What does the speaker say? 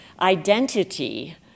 identity